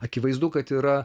akivaizdu kad yra